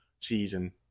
season